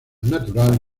natural